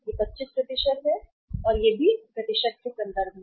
यह 25 है और ये सभी प्रतिशत के संदर्भ में हैं